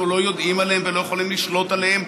לא יודעים עליהם ולא יכולים לשלוט עליהם,